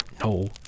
No